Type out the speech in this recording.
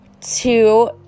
Two